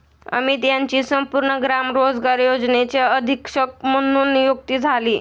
अमित यांची संपूर्ण ग्राम रोजगार योजनेचे अधीक्षक म्हणून नियुक्ती झाली